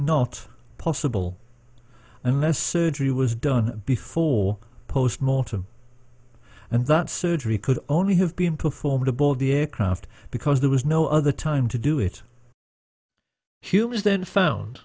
not possible unless surgery was done before post mortem and that surgery could only have been performed aboard the aircraft because there was no other time to do it humes then found